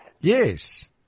Yes